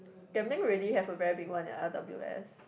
Gambling already have a very big one at r_w_s